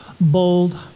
bold